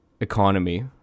economy